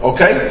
Okay